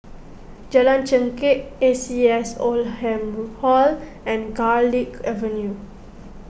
Jalan Chengkek A C S Oldham Hall and Garlick Avenue